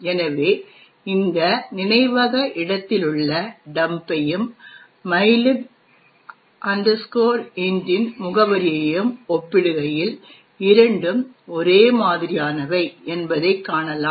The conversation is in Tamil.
எனவே இந்த நினைவக இடத்திலுள்ள டம்பையும் மைலிப் இன்ட்டின் mylib int முகவரியையும் ஒப்பிடுகையில் இரண்டும் ஒரே மாதிரியானவை என்பதைக் காணலாம்